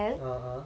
(uh huh)